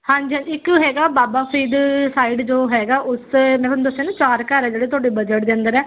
ਹਾਂਜੀ ਹਾਂਜੀ ਇੱਕ ਹੈਗਾ ਬਾਬਾ ਫਰੀਦ ਸਾਈਡ ਜੋ ਹੈਗਾ ਉਸ ਮੈਂ ਤੁਹਾਨੂੰ ਦੱਸਿਆ ਨਾ ਚਾਰ ਘਰ ਆ ਜਿਹੜੇ ਤੁਹਾਡੇ ਬਜਟ ਦੇ ਅੰਦਰ ਹੈ